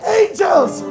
angels